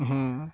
হ্যাঁ